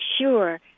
sure